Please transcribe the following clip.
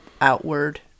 outward